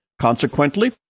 Consequently